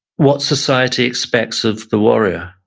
what society expects of the warrior,